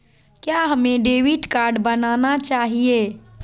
क्या हमें debit card बनाना चाहिए?